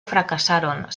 fracasaron